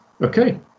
Okay